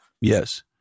Yes